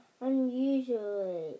unusually